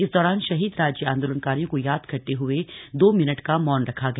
इस दौरान शहीद राज्य आंदोलनकारियों को याद करते हुए दो मिनट का मौन रखा गया